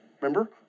Remember